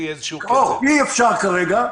אי אפשר כרגע.